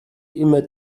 immer